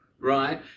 right